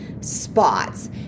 spots